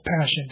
passion